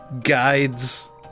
guides